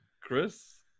Chris